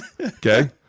Okay